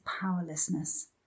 powerlessness